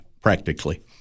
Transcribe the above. practically